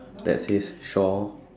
that says shore